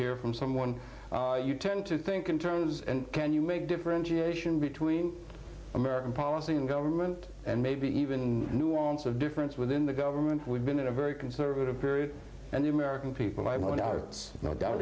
here from someone you tend to think in terms and can you make a differentiation between american policy in government and maybe even nuance of difference within the government we've been in a very conservative period and the american people i want are no doubt